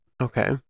Okay